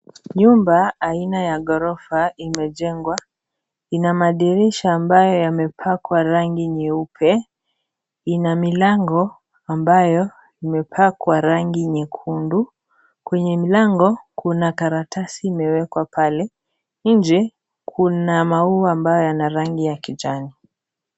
Nyumba aina ya ghrofa imejengwa. Ina madirisha ambayo yamepakwa rangi nyeupe. Ina milango ambayo imepakwa rangi nyekundu. Kwenye milango kuna karatasi imewekwa pale. Nje kuna maua ambayo yana rangi ya kijani.